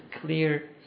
clear